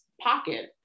pocket